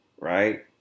right